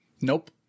Nope